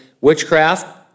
witchcraft